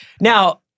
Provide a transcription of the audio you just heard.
Now